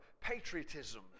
patriotism